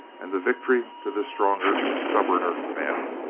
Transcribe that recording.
and the victory to the stronger, stubborner men.